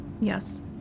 yes